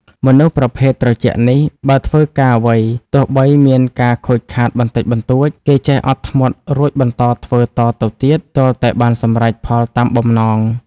មនុស្សប្រភេទត្រជាក់នេះ បើធ្វើការអ្វី ទោះបីមានការខូចខាតបន្តិចបន្តួច គេចេះអត់ធ្មត់រួចបន្តធ្វើតទៅទៀតទាល់តែបានសម្រេចផលតាមបំណង ។